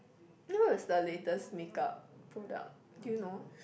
eh what is the latest makeup product do you know